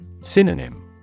Synonym